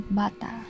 bata